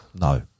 No